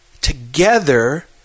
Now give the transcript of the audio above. together